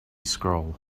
scroll